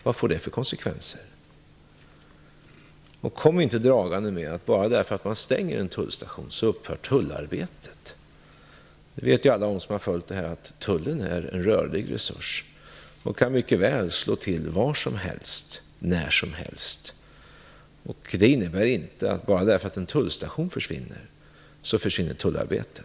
Vad får det för konsekvenser? Kom nu inte dragande med att bara därför att man stänger en tullstation så upphör tullarbetet. Alla de som har följt frågan vet att tullen är en rörlig resurs. Den kan mycket väl slå till var som helst och när som helst. Bara därför att en tullstation försvinner så försvinner inte tullarbetet.